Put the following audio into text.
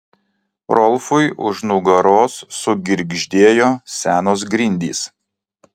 rolfui už nugaros sugirgždėjo senos grindys